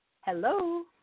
Hello